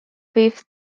fifth